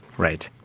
right.